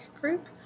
group